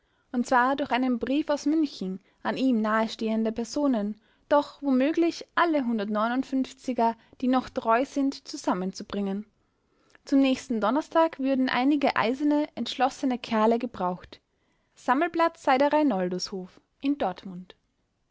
und zwar durch einen brief aus münchen an ihm nahestehende personen doch womöglich alle er die noch treu sind zusammenzubringen zum nächsten donnerstag würden einige eiserne entschlossene kerle gebraucht sammelplatz sei der reinoldushof in donmund